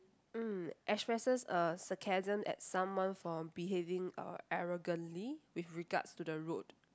mm expresses a sarcasm at someone for behaving uh arrogantly with regards to the road